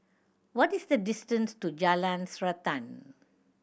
what is the distance to Jalan Srantan